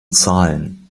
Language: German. zahlen